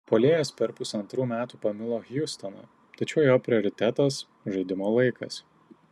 puolėjas per pusantrų metų pamilo hjustoną tačiau jo prioritetas žaidimo laikas